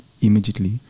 immediately